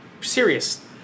serious